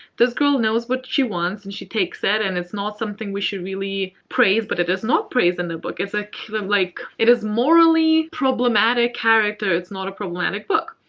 this girl knows what she wants and she takes it and it's not something we should really praise, but it is not praised in the book. ah kind of like it is morally problematic character, it's not a problematic book.